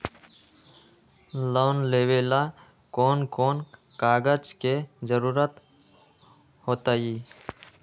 Loan लेवेला कौन कौन कागज के जरूरत होतई?